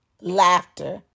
Laughter